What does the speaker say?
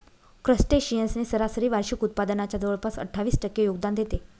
crustaceans ने सरासरी वार्षिक उत्पादनाच्या जवळपास अठ्ठावीस टक्के योगदान देते